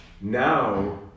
Now